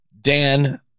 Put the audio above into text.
Dan